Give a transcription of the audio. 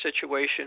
situation